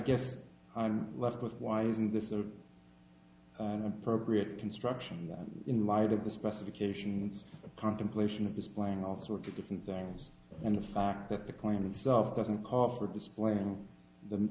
guess i'm left with why isn't this a appropriate construction in light of the specifications contemplation of displaying all sorts of different things and the fact that the coin itself doesn't call for displaying the